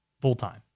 full-time